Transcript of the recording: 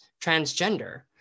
transgender